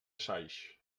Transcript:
saix